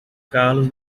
carlos